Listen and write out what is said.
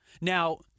Now